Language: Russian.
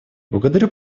благодарю